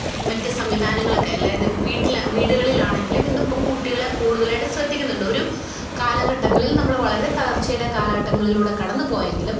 മറ്റു സംവിധാനങ്ങളൊക്കെ അതായത് വീട്ടില് വീടുകളിലാണെങ്കിലും ഇന്ന് ഇപ്പം കുട്ടികളെ കൂടുതലായിട്ട് ശ്രദ്ധിക്കുന്നുണ്ട് ഒരു കാലഘട്ടങ്ങളില് നമ്മൾ വളരെ തകര്ച്ചയുടെ കാലഘട്ടങ്ങളിലൂടെ കടന്നു പോയെങ്കിലും